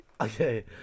Okay